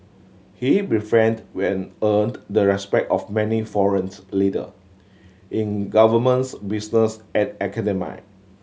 he befriended when earned the respect of many foreign leader in governments business and academia